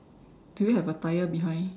do you have a tyre behind